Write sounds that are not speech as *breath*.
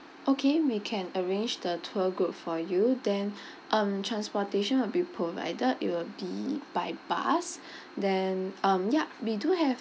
okay we can arrange the tour group for you then *breath* um transportation will be provided it will be by bus *breath* then um yup we do here